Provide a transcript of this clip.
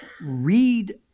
read